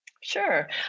Sure